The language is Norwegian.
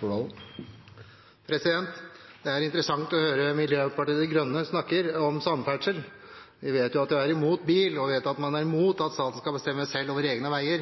ødelagt. Det er interessant å høre Miljøpartiet De Grønne snakke om samferdsel. Vi vet jo at de er imot bil, og vi vet at de er imot at staten skal bestemme selv over egne veier.